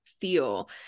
feel